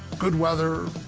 good weather,